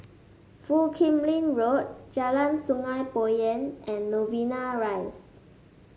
Foo Kim Lin Road Jalan Sungei Poyan and Novena Rise